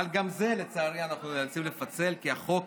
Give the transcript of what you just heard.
אבל גם את זה, לצערי, אנחנו נאלצים לפצל, כי החוק